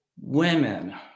Women